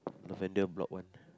Lavender block one